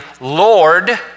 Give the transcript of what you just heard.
Lord